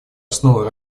основой